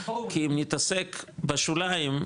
כי אם נתעסק בשוליים,